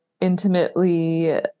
intimately